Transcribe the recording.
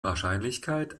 wahrscheinlichkeit